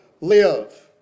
live